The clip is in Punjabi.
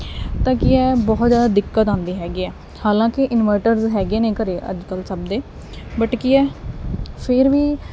ਤਾਂ ਕਿ ਐਹ ਬਹੁਤ ਜਿਆਦਾ ਦਿੱਕਤ ਆਂਦੀ ਹੈਗੀ ਆ ਹਾਲਾਂਕਿ ਇਨਵਰਟਰਸ ਹੈਗੇ ਨੇ ਘਰੇ ਅੱਜ ਕੱਲ ਸਭ ਦੇ ਬਟ ਕੀ ਐ ਫਿਰ ਵੀ